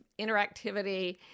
interactivity